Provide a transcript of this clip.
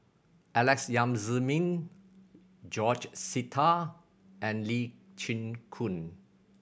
Alex Yam Ziming George Sita and Lee Chin Koon